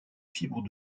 fibre